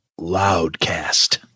Loudcast